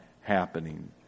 happening